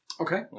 Okay